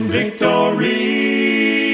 victory